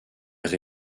elle